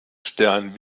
stern